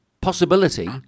possibility